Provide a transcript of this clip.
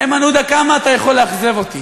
איימן עודה, כמה אתה יכול לאכזב אותי?